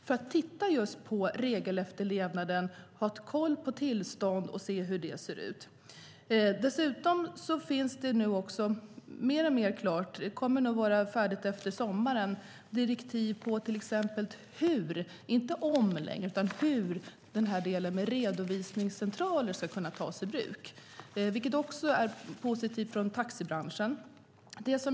Man ska titta på regelefterlevnaden och se hur det ser ut i fråga om tillstånd. Dessutom kommer direktiven i fråga om hur , inte om längre, redovisningscentraler ska kunna tas i bruk. Detta är man positiv till också från taxibranschen.